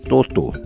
Toto